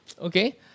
okay